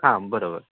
हां बरोबर